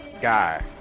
Guy